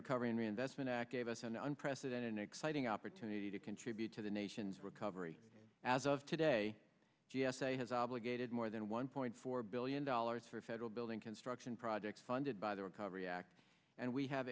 act gave us an unprecedented exciting opportunity to contribute to the nation's recovery as of today g s a has obligated more than one point four billion dollars for federal building construction projects funded by the recovery act and we have